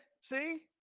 See